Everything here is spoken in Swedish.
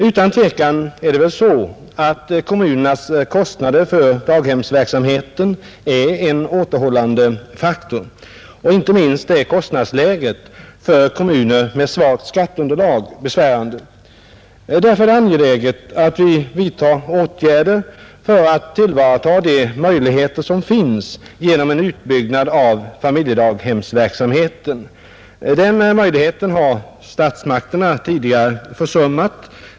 Utan tvivel är kommunernas kostnader för daghemsverksamheten en återhållande faktor, och inte minst är kostnadsläget för kommuner med svagt skatteunderlag besvärande, Därför är det angeläget att vi vidtar åtgärder för att tillvarata de möjligheter som finns genom en utbyggnad av familjedaghemsverksamheten. Den möjligheten har statsmakterna tidigare försummat.